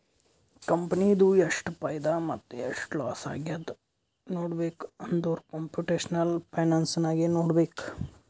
ಕಂಪನಿದು ಎಷ್ಟ್ ಫೈದಾ ಮತ್ತ ಎಷ್ಟ್ ಲಾಸ್ ಆಗ್ಯಾದ್ ನೋಡ್ಬೇಕ್ ಅಂದುರ್ ಕಂಪುಟೇಷನಲ್ ಫೈನಾನ್ಸ್ ನಾಗೆ ನೋಡ್ಬೇಕ್